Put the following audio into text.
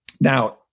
Now